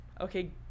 okay